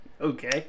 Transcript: Okay